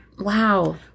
Wow